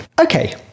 okay